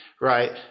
right